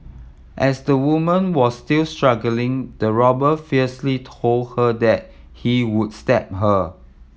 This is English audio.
as the woman was still struggling the robber fiercely told her that he would stab her